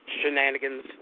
shenanigans